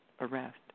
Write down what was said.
arrest